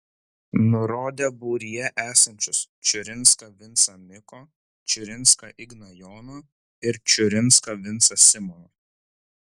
nurodė būryje esančius čiurinską vincą miko čiurinską igną jono ir čiurinską vincą simono